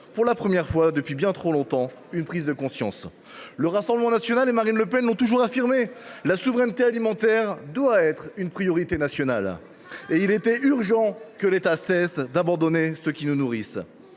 pour la première fois depuis bien trop longtemps, une prise de conscience. Le Rassemblement national et Marine Le Pen l’ont toujours affirmé : la souveraineté alimentaire doit être une priorité nationale. On ne vous a pas attendus ! Il était urgent que l’État cesse d’abandonner ceux qui nous nourrissent.